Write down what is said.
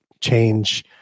change